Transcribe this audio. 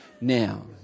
now